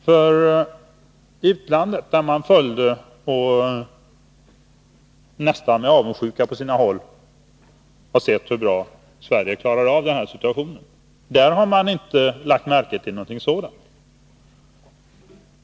I utlandet, där man ibland nästan avundsjukt såg hur bra Sverige klarade av denna situation, lade man inte märke till någon tveksamhet.